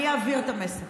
אני אעביר את המסר.